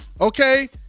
okay